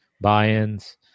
buy-ins